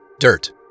DIRT